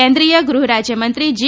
કેન્દ્રીય ગૃહરાજ્યમંત્રી જી